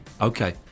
Okay